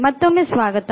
ಮತ್ತೊಮ್ಮೆ ಸ್ವಾಗತ